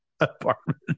apartment